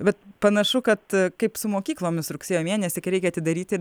vat panašu kad kaip su mokyklomis rugsėjo mėnesį kai reikia atidaryti